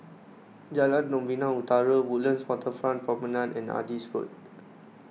Jalan Novena Utara Woodlands Waterfront Promenade and Adis Road